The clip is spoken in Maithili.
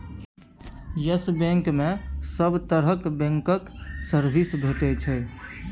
यस बैंक मे सब तरहक बैंकक सर्विस भेटै छै